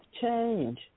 change